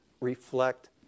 reflect